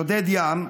שודד ים.